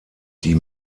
die